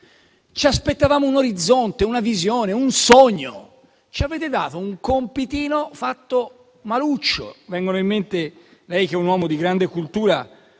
Ci aspettavamo un orizzonte, una visione, un sogno; ci avete dato un compitino fatto maluccio. Viene in mente - lo dico a lei che è un uomo di grande cultura